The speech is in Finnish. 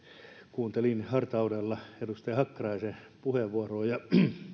kuuntelin hartaudella edustaja hakkaraisen puheenvuoroa ja